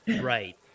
Right